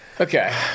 Okay